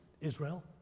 Israel